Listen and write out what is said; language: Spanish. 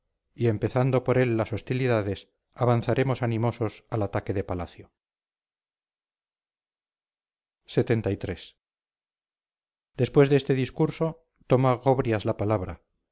y empezando por él las hostilidades avanzaremos animosos al ataque de palacio lxxiii después de este discurso toma gobrias la palabra